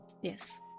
Yes